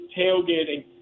tailgating